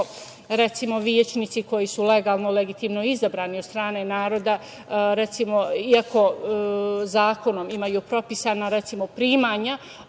recimo, većnici koji su legalno i legitimno izabrani od strane naroda, recimo, iako zakonom imaju propisana primanja,